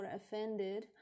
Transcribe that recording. offended